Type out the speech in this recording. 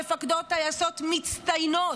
מפקדות טייסות מצטיינות,